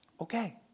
Okay